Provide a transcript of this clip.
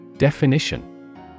Definition